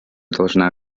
должна